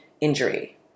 injury